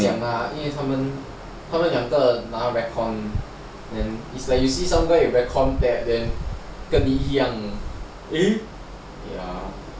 他讲啦因为他们两个拿 reckon then it's like when you see someone with reckon tag then 跟你一样